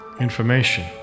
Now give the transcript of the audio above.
information